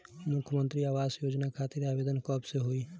मुख्यमंत्री आवास योजना खातिर आवेदन कब से होई?